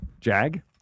Jag